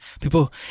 people